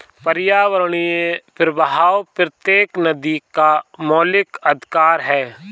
पर्यावरणीय प्रवाह प्रत्येक नदी का मौलिक अधिकार है